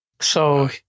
So-